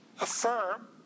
affirm